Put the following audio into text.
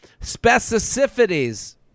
specificities